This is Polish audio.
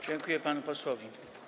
Dziękuję panu posłowi.